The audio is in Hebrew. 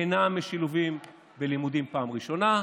אינם משולבים בלימודים פעם ראשונה,